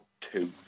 two